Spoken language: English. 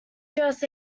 dress